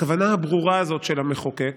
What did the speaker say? הכוונה הברורה הזאת של המחוקק